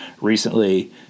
recently